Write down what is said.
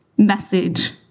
message